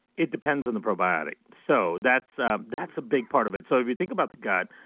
it depends on the probiotic. so that's um that's a big part of it. so if you think about the gut,